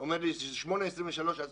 אומר לי שזה 8:23, אז